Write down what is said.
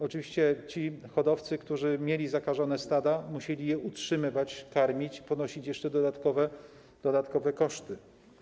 Oczywiście hodowcy, którzy mieli zakażone stada, musieli je utrzymywać, karmić, ponosić jeszcze dodatkowe koszty.